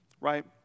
right